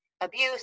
abuse